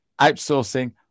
outsourcing